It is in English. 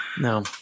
No